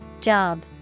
Job